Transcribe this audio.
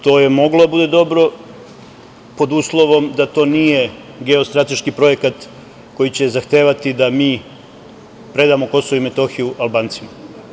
To je moglo da bude dobro pod uslovom da to nije geostrateški projekat koji će zahtevati da mi predamo KiM Albancima.